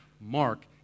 Mark